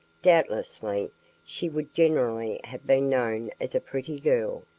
doubtlessly she would generally have been known as a pretty girl.